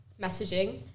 messaging